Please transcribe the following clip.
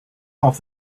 off